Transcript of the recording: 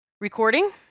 recording